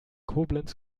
koblenz